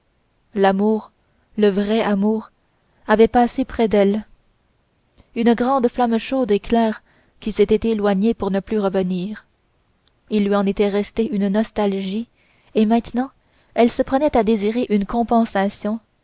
cimetière lamour le vrai amour avait passé près d'elle une grande flamme chaude et claire qui s'était éloignée pour ne plus revenir il lui était resté une nostalgie et maintenant elle se prenait à désirer une compensation